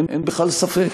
אין בכלל ספק.